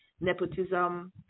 nepotism